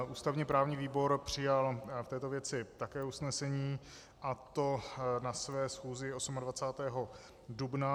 Ústavněprávní výbor přijal v této věci také usnesení, a to na své schůzi 28. dubna.